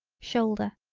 shoulder.